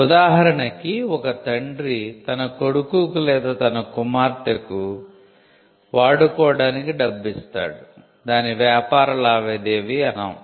ఉదాహరణకి ఒక తండ్రి తన కొడుకుకు లేదా తన కుమార్తెకు వాడుకోడానికి డబ్బు ఇస్తాడు దాన్ని వ్యాపార లావాదేవి అనం